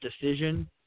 decision